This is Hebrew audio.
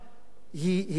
היא משפילה.